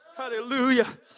Hallelujah